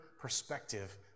perspective